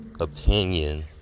opinion